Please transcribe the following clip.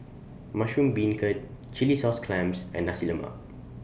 Mushroom Beancurd Chilli Sauce Clams and Nasi Lemak